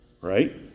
Right